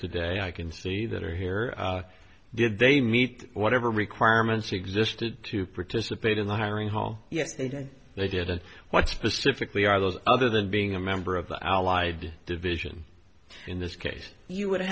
today i can see that are here did they meet whatever requirements existed to participate in the hiring hall yes they did they didn't what specifically are those other than being a member of the allied division in this case you would have